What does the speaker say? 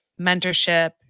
mentorship